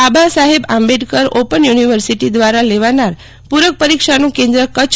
બાબા Saheb Ambedkar open university દ્વારા લેવાનાર પુરક પરીક્ષાનું કેન્દ્રક કચ્છ